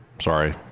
sorry